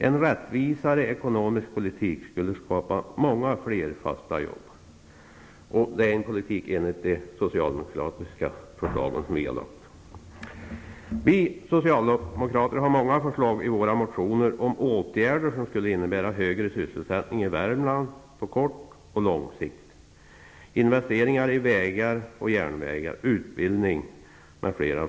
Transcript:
En rättvisare ekonomisk politik skulle skapa många fler fasta jobb. Det är en politik i enlighet med de förslag socialdemokraterna framlagt. Vi socialdemokrater har många förslag i våra motioner om åtgärder som skulle innebära högre sysselsättning i Värmland på både kort och lång sikt. Det gäller investeringar i vägar, järnvägar och utbildning m.m.